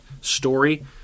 story